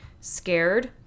scared